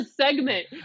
segment